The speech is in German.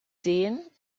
sehen